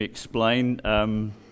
explain